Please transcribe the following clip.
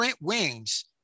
wings